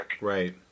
right